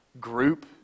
group